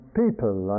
people